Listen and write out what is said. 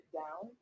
down